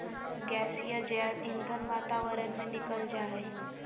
गैसीय जैव ईंधन वातावरण में निकल जा हइ